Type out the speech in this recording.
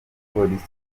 igipolisi